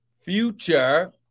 future